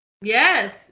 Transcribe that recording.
Yes